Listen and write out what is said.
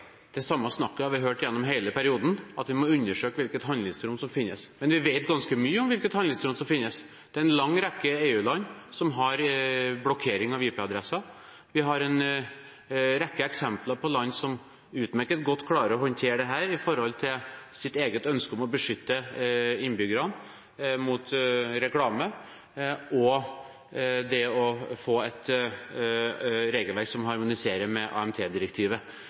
Det samme snakket har vi hørt gjennom hele perioden, at vi må undersøke hvilket handlingsrom som finnes. Men vi vet ganske mye om hvilket handlingsrom som finnes. Det er en lang rekke EU-land som har blokkering av IP-adresser, vi har en rekke eksempler på land som utmerket godt klarer å håndtere dette når det gjelder deres eget ønske om å beskytte innbyggerne mot reklame, og det å få et regelverk som harmoniserer med